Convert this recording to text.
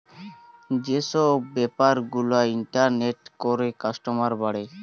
যে সব বেপার গুলা ইন্টারনেটে করে কাস্টমার বাড়ে